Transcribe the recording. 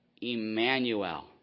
Emmanuel